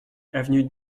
avenue